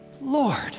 Lord